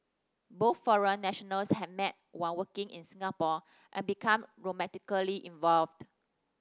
both foreign nationals had met while working in Singapore and become romantically involved